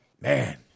Man